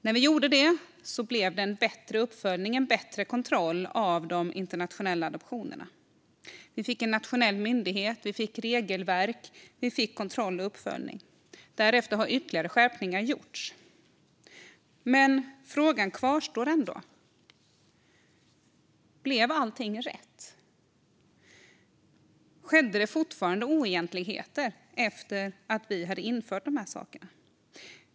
När vi gjorde det blev det en bättre uppföljning och kontroll av de internationella adoptionerna. Vi fick en nationell myndighet, vi fick regelverk och vi fick kontroll och uppföljning. Därefter har ytterligare skärpningar gjorts. Frågan kvarstår ändå. Blev allting rätt? Skedde det fortfarande oegentligheter efter att vi hade infört de här sakerna?